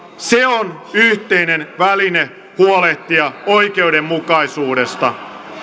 se on yhteinen väline huolehtia oikeudenmukaisuudesta